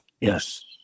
Yes